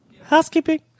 Housekeeping